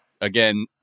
again